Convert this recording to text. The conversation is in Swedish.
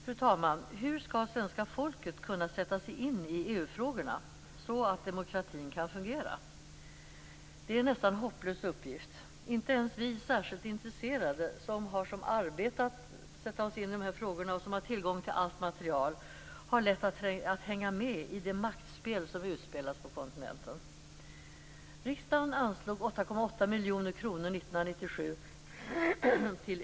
Fru talman! Hur skall svenska folket kunna sätta sig in i EU-frågorna, så att demokratin kan fungera? Det är en nästan hopplös uppgift. Inte ens vi särskilt intresserade, som har som arbete att sätta oss in i de här frågorna och som har tillgång till allt material, har lätt att hänga med i det maktspel som utspelas på kontinenten.